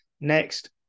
next